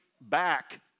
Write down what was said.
back